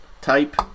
type